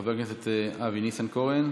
חבר הכנסת אבי ניסנקורן.